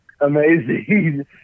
amazing